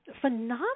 phenomenal